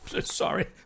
Sorry